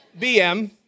BM